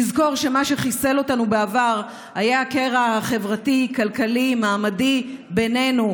תזכור שמה שחיסל אותנו בעבר היה הקרע החברתי-כלכלי-מעמדי בינינו.